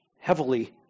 heavily